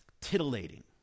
titillating